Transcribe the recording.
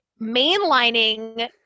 mainlining